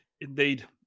Indeed